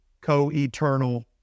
co-eternal